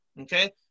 Okay